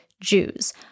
Jews